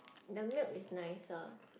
the milk is nicer